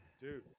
Dude